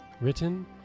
written